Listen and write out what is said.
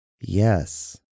Yes